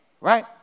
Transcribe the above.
Right